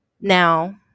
Now